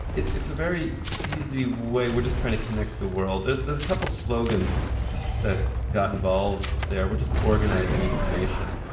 it's it's a very easy way, we're just trying to connect the world, there's a couple slogans that got involved there, we're just organizing information,